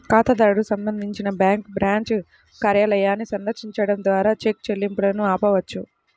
ఖాతాదారుడు సంబంధించి bank branch కార్యాలయాన్ని సందర్శించడం ద్వారా చెక్ చెల్లింపును ఆపవచ్చు